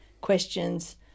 questions